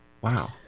Wow